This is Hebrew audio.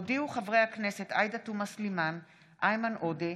הודיעו חברי הכנסת עאידה תומא סלימאן, איימן עודה,